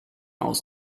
aus